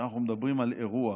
כשאנחנו מדברים על אירוע